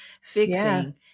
fixing